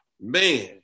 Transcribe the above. man